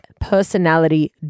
personality